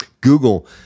Google